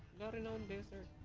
note and um business